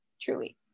truly